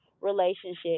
relationship